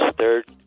third